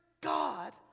God